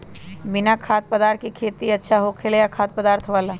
बिना खाद्य पदार्थ के खेती अच्छा होखेला या खाद्य पदार्थ वाला?